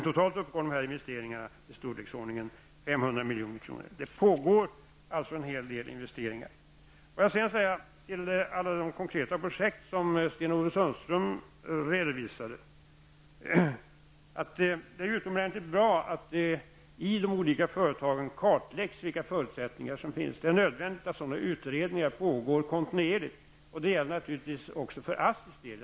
Totalt uppgår dessa investeringar till storleksordningen 500 milj.kr. Det görs alltså en hel del investeringar. Får jag med anledning av alla de konkreta projekt som Sten-Ove Sundström redovisade säga, att det är utomordentlig bra att det i de olika företagen kartläggs vilka förutsättningar som finns. Det är nödvändigt att sådana utredningar pågår kontinuerligt. Det gäller naturligtivis också för ASSI:s del.